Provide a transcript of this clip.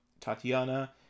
Tatiana